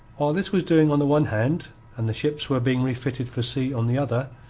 while this was doing on the one hand and the ships were being refitted for sea on the other,